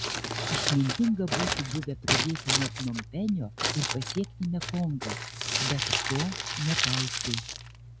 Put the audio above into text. išmintinga būtų buvę pradėti nuo pnompenio ir pasiekti mekongą bet to nepaisei